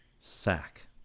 Sack